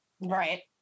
Right